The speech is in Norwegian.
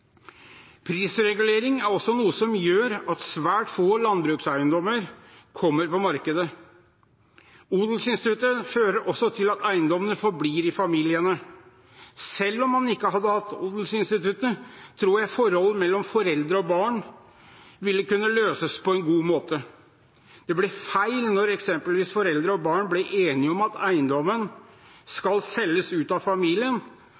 Prisregulering er også noe som gjør at svært få landbrukseiendommer kommer på markedet. Odelsinstituttet fører også til at eiendommene forblir i familiene. Selv om man ikke hadde hatt odelsinstituttet, tror jeg forholdet mellom foreldre og barn ville kunne løses på en god måte. Det blir feil når eksempelvis foreldre og barn blir enige om at eiendommen skal selges ut av familien,